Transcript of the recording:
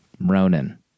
Ronan